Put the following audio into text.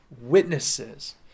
witnesses